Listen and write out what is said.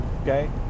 Okay